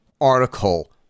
article